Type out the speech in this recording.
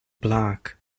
black